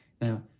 now